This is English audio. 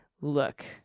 look